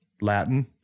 Latin